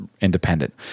independent